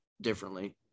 differently